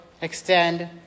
extend